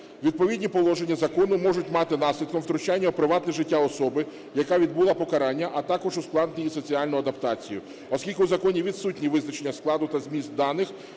Відповідні положення закону можуть мати наслідком втручання в приватне життя особи, яка відбула покарання, а також ускладнити її соціальну адаптацію, оскільки в законі відсутні визначення складу та зміст даних,